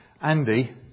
Andy